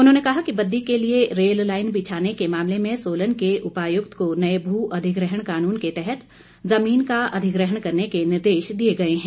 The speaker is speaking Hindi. उन्होंने कहा कि बद्दी के लिए रेल लाईन बिछाने के मामले में सोलन के उपायुक्त को नए भू अधिग्रहण कानून के तहत जमीन का अधिग्रहण करने के निर्देश दिए गए हैं